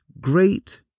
great